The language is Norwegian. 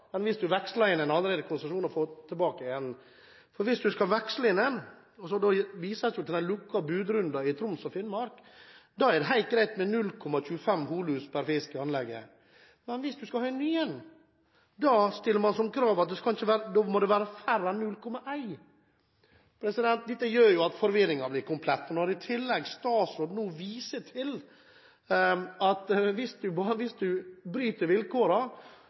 allerede eksisterende konsesjon og får tilbake en. Hvis du skal veksle inn en – og da viser jeg til de lukkede budrundene i Troms og Finnmark – er det helt greit med 0,25 holus per fisk i anlegget. Men hvis du skal ha en ny, stilles det som krav at det må være færre enn 0,1. Dette gjør jo at forvirringen blir komplett. Når statsråden nå i tillegg viser til at hvis du har fått disse to og bryter